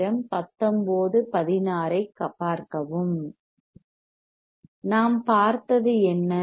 நாம் பார்த்தது என்ன